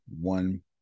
one